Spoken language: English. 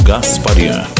Gasparian